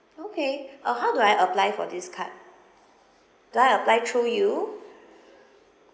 okay uh how do I apply for this card do I apply through you